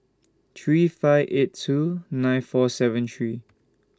three five eight two nine four seven three